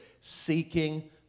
seeking